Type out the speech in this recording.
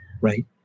right